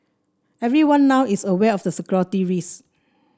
everyone now is aware of the security risk